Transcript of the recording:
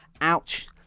ouch